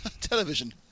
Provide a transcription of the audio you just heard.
television